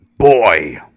Boy